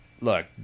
Look